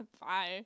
bye